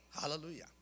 Hallelujah